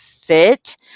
fit